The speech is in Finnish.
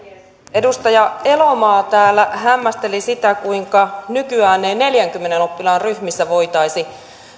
edustaja elomaa täällä hämmästeli sitä kuinka nykyään ei neljäänkymmeneen oppilaan ryhmissä voitaisi